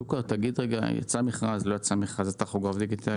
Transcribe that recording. סוכר, תגיד אם יצא מכרז או לא לטכוגרף דיגיטלי?